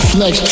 Flex